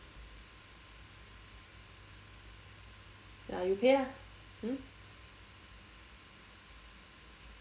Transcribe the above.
ya you pay lah hmm